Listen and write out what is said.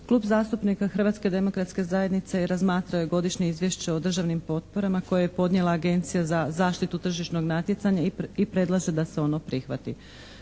Klub zastupnika Hrvatske demokratske zajednice razmatrao je Godišnje izvješće o državnim potporama koje je podnijela Agencija za zaštitu tržišnog natjecanja i predlaže da se ono prihvati.